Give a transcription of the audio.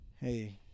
Hey